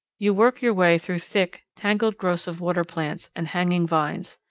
you work your way through thick, tangled growths of water plants and hanging vines.